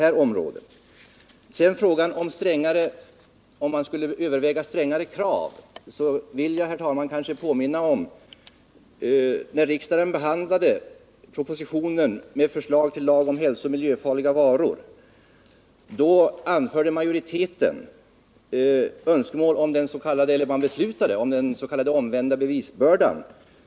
När det gäller frågan om vi kommer att överväga strängare krav vill jag, herr talman, påminna om att riksdagen när den behandlade propositionen med förslag till lag om hälsooch miljöfarliga varor beslöt om den s.k. omvända bevisbördan.